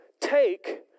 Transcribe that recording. take